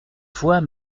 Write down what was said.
fois